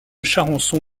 charançon